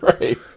Right